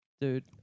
Dude